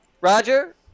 Roger